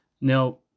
Now